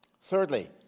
Thirdly